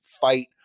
fight